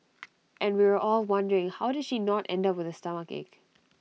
and we were all wondering how did she not end up with A stomachache